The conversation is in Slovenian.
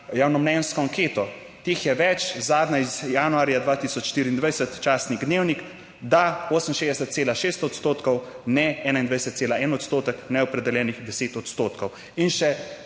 javnomnenjsko anketo, teh je več, zadnja iz januarja 2024, časnik Dnevnik da, 68,6 odstotkov, ne 21,1 odstotek, neopredeljenih 10 odstotkov. In še